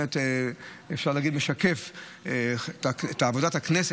אפשר להגיד שאתה באמת משקף את עבודת הכנסת,